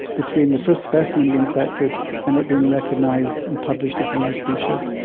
between the first specimen being collected and it being recognised and published as a new species.